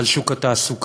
ועל שוק התעסוקה,